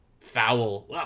foul